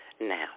now